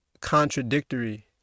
contradictory